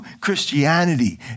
Christianity